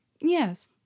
yes